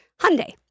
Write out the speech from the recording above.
Hyundai